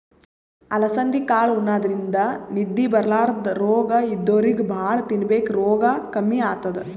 ಅಲಸಂದಿ ಕಾಳ್ ಉಣಾದ್ರಿನ್ದ ನಿದ್ದಿ ಬರ್ಲಾದ್ ರೋಗ್ ಇದ್ದೋರಿಗ್ ಭಾಳ್ ತಿನ್ಬೇಕ್ ರೋಗ್ ಕಮ್ಮಿ ಆತದ್